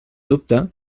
dubte